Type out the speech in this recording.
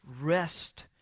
rest